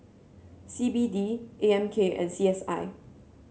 C B D A M K and C S I